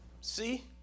See